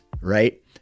right